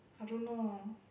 I don't know